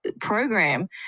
program